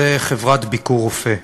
זה חברת "ביקורופא".